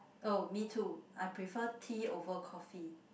oh me too I prefer tea over coffee